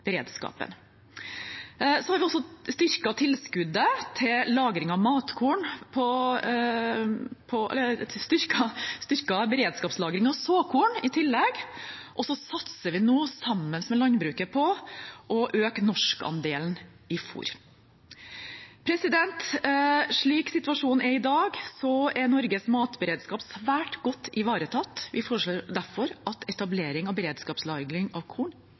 beredskapen. Vi har i tillegg styrket beredskapslagringen av såkorn, og vi satser nå, sammen med landbruket, på å øke norskandelen i fôr. Slik situasjonen er i dag, er Norges matberedskap svært godt ivaretatt. Vi foreslår derfor at en etablering av beredskapslagring av korn